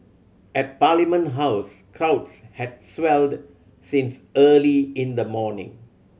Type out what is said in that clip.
at Parliament House crowds had swelled since early in the morning